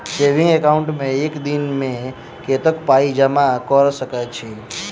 Saving account मे एक दिनमे कतेक पाई जमा कऽ सकैत छी?